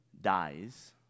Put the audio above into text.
dies